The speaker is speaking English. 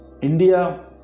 India